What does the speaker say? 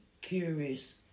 curious